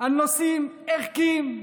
על נושאים ערכיים,